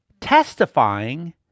testifying